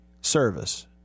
service